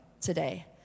today